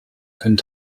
können